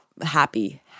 happy